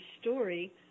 story